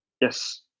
yes